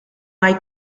hay